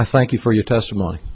i thank you for your testimony